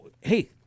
hey